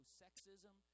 sexism